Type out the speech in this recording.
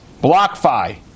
BlockFi